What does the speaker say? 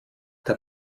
der